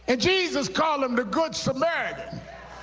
ah jesus called him the good samaritan.